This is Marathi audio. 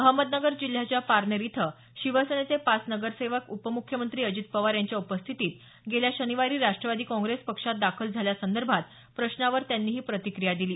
अहमदनगर जिल्ह्याच्या पारनेर इथं शिवसेनेचे पाच नगरसेवक उपमुख्यमंत्री अजित पवार यांच्या उपस्थितीत गेल्या शनिवारी राष्ट्रवादी काँग्रेस पक्षात दाखल झाल्यासंदर्भातील प्रश्नावर त्यांनी ही प्रतिक्रिया दिली